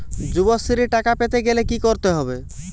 যুবশ্রীর টাকা পেতে গেলে কি করতে হবে?